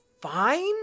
fine